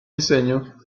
diseño